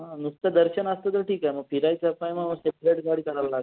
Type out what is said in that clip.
हां नुसतं दर्शन असतं तर ठीक आहे मग फिरायचं अस आहे मग सेपरेट गाडी करावं लागेल